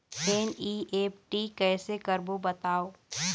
NEFT कैसे करबो बताव?